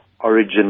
Origin